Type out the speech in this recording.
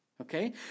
Okay